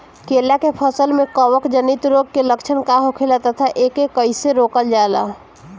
केला के फसल में कवक जनित रोग के लक्षण का होखेला तथा एके कइसे रोकल जाला?